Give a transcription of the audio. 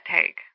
take